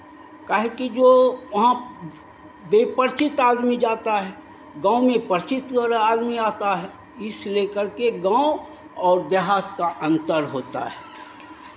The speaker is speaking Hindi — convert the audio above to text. काहेकि जो वहाँ बेपरिचित आदमी जाता है गाँव में परिचित आदमी आता है इस ले करके गाँव और देहात का अंतर होता है